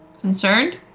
Concerned